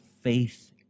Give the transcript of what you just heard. faith